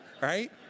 right